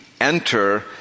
enter